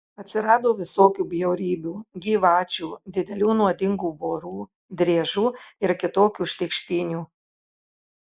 atsirado visokių bjaurybių gyvačių didelių nuodingų vorų driežų ir kitokių šlykštynių